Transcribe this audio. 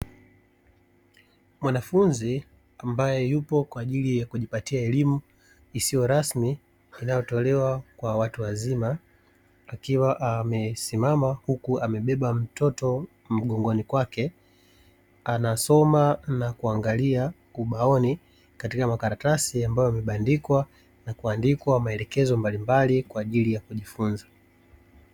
Mwanafunzi ambaye yupo kwa ajili ya kujipatia elimu isiyo rasmi; inayotolewa kwa watu wazima, akiwa amesimama huku amebeba mtoto mgongoni kwake, anasoma na kuangalia ubaoni katika makaratasi ambayo yamebandikwa na kuandikwa maelekezo mbalimbali kwa ajili ya kujifunza.